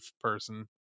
person